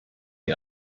die